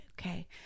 okay